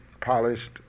polished